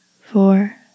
four